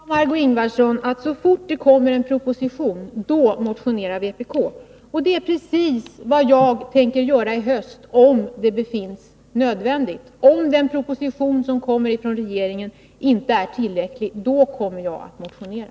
Fru talman! Nu sade Margé Ingvardsson att så fort det kommer en proposition motionerar vpk. Det är precis vad jag tänker göra i höst, om det befinns nödvändigt. Om den proposition som kommer från regeringen inte är tillräcklig, då kommer jag att motionera.